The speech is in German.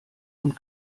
und